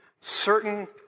certain